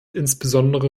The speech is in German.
insbesondere